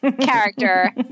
character